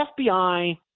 fbi